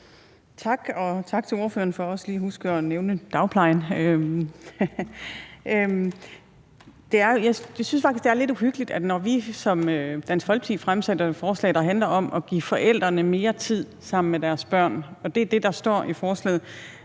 Tak, og tak til ordføreren for også lige at huske at nævne dagplejen. Jeg synes faktisk, det er lidt uhyggeligt, at når vi i Dansk Folkeparti fremsætter et forslag, der handler om at give forældrene mere tid sammen med deres børn – og det er det, der står i forslaget